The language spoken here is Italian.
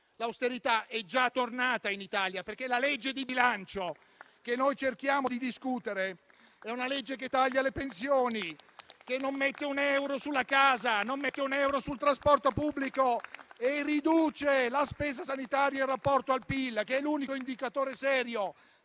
l'austerità è già tornata in Italia, perché la legge di bilancio, che noi cerchiamo di discutere, taglia le pensioni, non mette un euro sulla casa, non mette un euro sul trasporto pubblico e riduce la spesa sanitaria in rapporto al PIL, che è l'unico indicatore serio